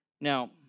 Now